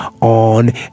on